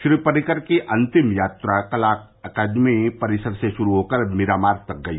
श्री पर्रिकर की अन्तिम यात्रा कला अकादमी परिसर से शुरू होकर मिरामार तक गई